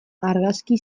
argazki